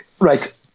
Right